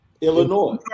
Illinois